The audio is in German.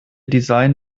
design